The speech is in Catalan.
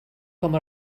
com